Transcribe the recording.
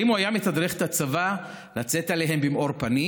האם הוא היה מתדרך את הצבא לצאת אליהם במאור פנים